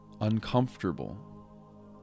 Uncomfortable